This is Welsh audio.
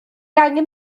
angen